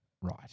Right